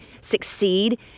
succeed